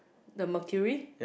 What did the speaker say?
the mercury